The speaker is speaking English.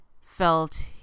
felt